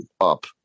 up